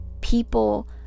people